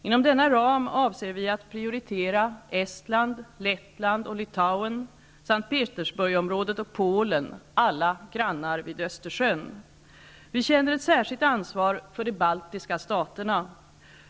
Inom denna ram avser vi att prioritera Estland, Lettland, Litauen, S:t Petersburgsområdet och Polen -- alla grannar vid Vi känner ett särskilt ansvar för de baltiska staterna.